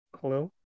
Hello